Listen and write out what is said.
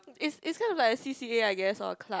it's it's kind of like A c_c_a I guess or a club